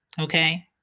Okay